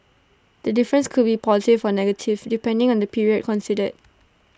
the difference could be positive or negative depending on the period considered